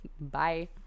Bye